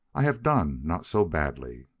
i have done not so badly.